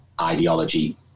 ideology